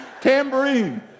Tambourine